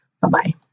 Bye-bye